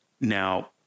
Now